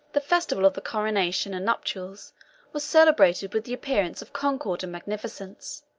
the festival of the coronation and nuptials was celebrated with the appearances of concord and magnificence,